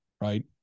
right